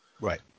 right